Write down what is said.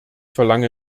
verlange